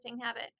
habit